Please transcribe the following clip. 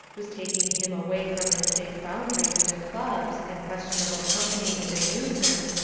was taking him away from its safe boundaries to clubs, and questionable company and amusements,